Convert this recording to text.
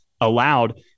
allowed